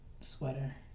sweater